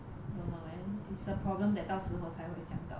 don't know leh it's a problem that 到时候才会想到的